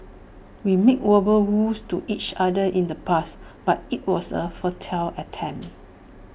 we made verbal vows to each other in the past but IT was A futile attempt